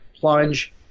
plunge